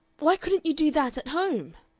why couldn't you do that at home?